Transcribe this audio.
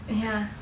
ya